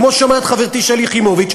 כמו שאומרת חברתי שלי יחימוביץ,